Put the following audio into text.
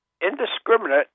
indiscriminate